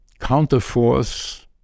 counterforce